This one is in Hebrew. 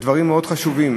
ודברים מאוד חשובים.